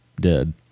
dead